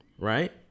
right